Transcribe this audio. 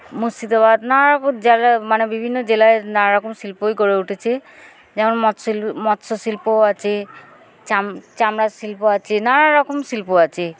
মুর্শিদাবাদ নানারকম জেলা মানে বিভিন্ন জেলায় নানারকম শিল্পই গড়ে উঠেছে যেমন মৎশিল মৎস্য শিল্পও আছে চাম চামড়ার শিল্প আছে নানারকম শিল্প আছে